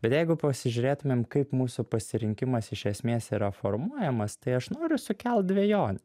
bet jeigu pasižiūrėtumėm kaip mūsų pasirinkimas iš esmės yra formuojamas tai aš noriu sukelt dvejonę